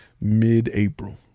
mid-April